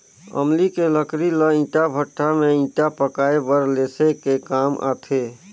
अमली के लकरी ल ईटा भट्ठा में ईटा पकाये बर लेसे के काम आथे